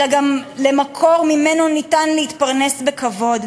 אלא גם כמקור שניתן להתפרנס ממנו בכבוד.